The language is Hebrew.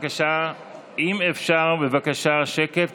בבקשה שקט,